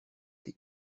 des